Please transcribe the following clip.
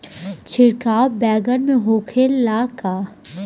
छिड़काव बैगन में होखे ला का?